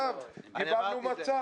עכשיו קיבלנו מצע.